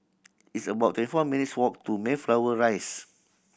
it's about twenty four minutes' walk to Mayflower Rise